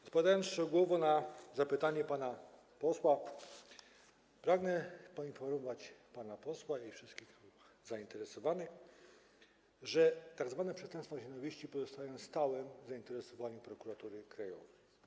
Odpowiadając szczegółowo na zapytanie pana posła, pragnę poinformować pana posła i wszystkich zainteresowanych, że tzw. przestępstwa z nienawiści pozostają w stałym zainteresowaniu Prokuratury Krajowej.